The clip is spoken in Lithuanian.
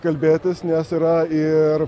kalbėtis nes yra ir